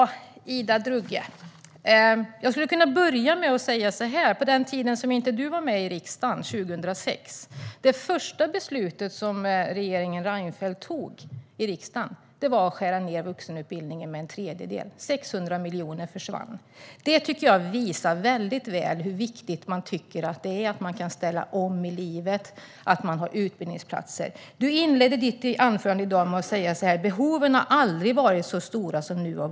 Herr talman! Jag skulle kunna börja med att säga så här, Ida Drougge: På den tiden du inte var med i riksdagen, 2006, var det första beslut som regeringen Reinfeldt fattade att skära ned vuxenutbildningen med en tredjedel. 600 miljoner försvann. Det tycker jag visar väldigt väl hur viktigt man tycker att det är att man kan ställa om i livet och att man har utbildningsplatser. Du inledde ditt anförande i dag med att säga: Behoven av vuxenutbildning har aldrig varit så stora som nu.